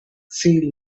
see